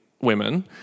women